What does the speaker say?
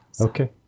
Okay